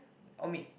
omit